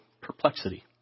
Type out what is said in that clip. perplexity